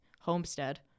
homestead